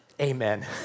amen